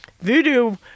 Voodoo